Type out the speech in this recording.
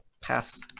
pass